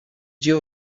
duo